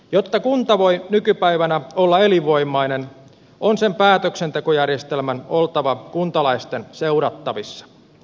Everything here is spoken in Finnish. jotta kunta voi nykypäivänä olla elinvoimainen on sen päätöksentekojärjestelmän oltava kuntalaisten seurattavissa